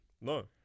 No